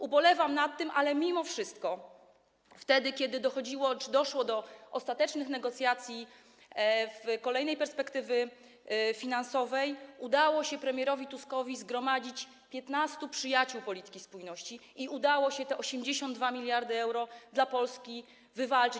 Ubolewam nad tym, ale mimo wszystko wtedy, kiedy dochodziło czy doszło do ostatecznych negocjacji w kolejnej perspektywie finansowej, udało się premierowi Tuskowi zgromadzić 15 przyjaciół polityki spójności i udało się te 82 mld euro dla Polski wywalczyć.